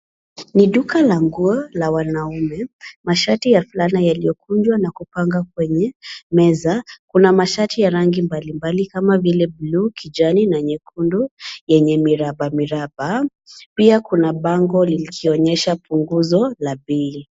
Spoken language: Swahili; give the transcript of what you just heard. Ni duka la nguo la wanaume, mashati ya fulana yaliokunjwa na kupangwa kwenye meza. Kuna mashati ya rangi mbalimbali, kama vile blue , kijani, na nyekundu, yenye miraba miraba, pia kuna bango likionyesha punguzo, la bei.